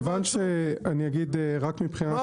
אני אגיד רק מבחינה קולגיאלית --- אז היוועצות,